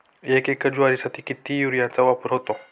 एक एकर ज्वारीसाठी किती युरियाचा वापर होतो?